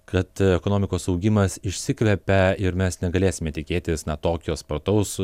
kad ekonomikos augimas išsikvepia ir mes negalėsime tikėtis na tokio spartaus